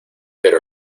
pero